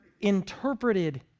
interpreted